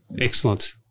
Excellent